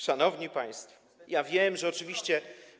Szanowni państwo, wiem, że oczywiście.